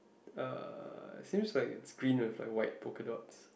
uh seems like it's green with like white polka dots